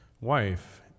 wife